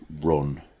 run